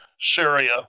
Syria